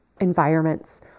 environments